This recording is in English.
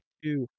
two